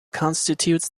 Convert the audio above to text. constitutes